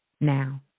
now